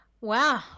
Wow